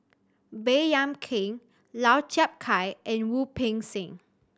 Baey Yam Keng Lau Chiap Khai and Wu Peng Seng